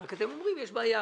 רק אתם אומרים: יש בעיה.